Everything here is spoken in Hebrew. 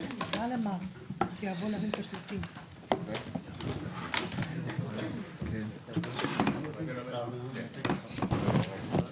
09:26.